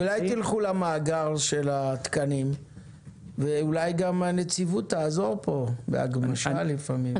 אולי תלכו למאגר של התקנים ואולי גם הנציבות תעזור פה בהגמשה לפעמים.